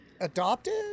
adopted